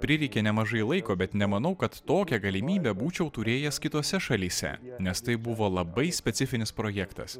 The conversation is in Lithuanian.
prireikė nemažai laiko bet nemanau kad tokią galimybę būčiau turėjęs kitose šalyse nes tai buvo labai specifinis projektas